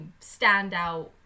standout